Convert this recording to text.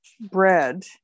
bread